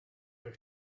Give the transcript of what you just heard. eich